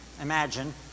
imagine